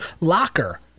locker